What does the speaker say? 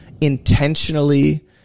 intentionally